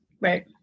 Right